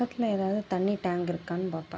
பக்கத்தில் ஏதாவது தண்ணி டேங்க் இருக்கானு பார்ப்பேன்